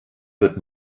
wird